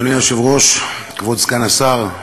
אדוני היושב-ראש, כבוד סגן השר,